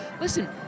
Listen